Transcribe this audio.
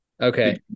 okay